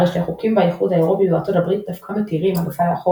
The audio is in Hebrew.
הרי שהחוקים באיחוד האירופי ובארצות הברית דווקא מתירים הנדסה לאחור